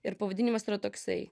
ir pavadinimas yra toksai